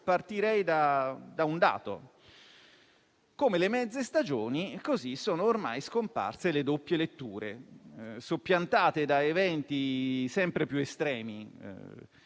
Partirei da un dato: come le mezze stagioni, così sono ormai scomparse le doppie letture, soppiantate da eventi sempre più estremi.